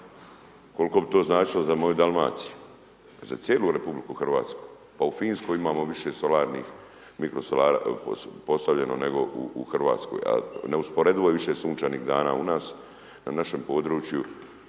koliko bi to značilo za moju Dalmaciju, za cijelu RH. Pa u Finskoj imamo više solarnih, mikro solara, postavljeno nego u RH, a neusporedivo je više sunčanih dana u nas, na našem području,